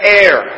air